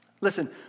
Listen